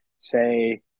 say